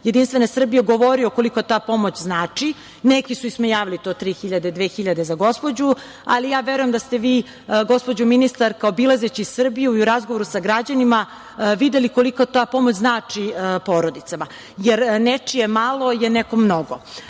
Jedinstvene Srbije, govorio koliko ta pomoć znači. Neki su ismejavali to 3000, 2000 za gospođu, ali ja verujem da ste vi, gospođo ministarka, obilazeći Srbiju i u razgovoru sa građanima, videli koliko ta pomoć znači porodicama. Jer, nečije malo je nekome